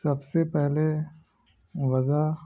سب سے پہلے وزا